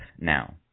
now